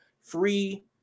Free